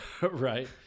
Right